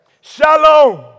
Shalom